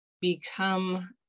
become